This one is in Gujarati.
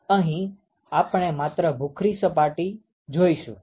અહી આપણે માત્ર ભૂખરી સપાટી જોઈશું